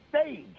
stage